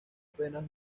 apenas